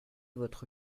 votre